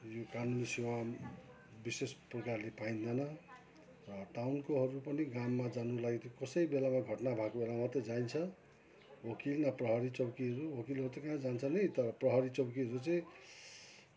यो कानुनी सेवा विशेष प्रकारले पाइँदैन र टाउनकोहरू पनि ग्राममा जानुको लागी त्यो कसै बेलामा घटना भएको बेलामा मात्रै जाइन्छ वकिल र प्रहरी चौकीहरू वकिलहरू त कहाँ जान्छ नि त प्रहरी चौकीहरू चाहिँ